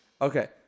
okay